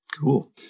Cool